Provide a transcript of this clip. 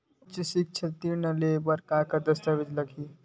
उच्च सिक्छा ऋण ले बर का का दस्तावेज लगही?